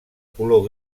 color